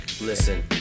Listen